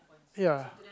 ya